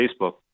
Facebook